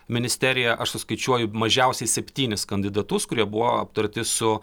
ministeriją aš suskaičiuoju mažiausiai septynis kandidatus kurie buvo aptarti su